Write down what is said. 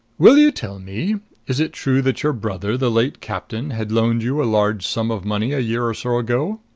will you tell me is it true that your brother, the late captain, had loaned you a large sum of money a year or so ago?